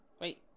Wait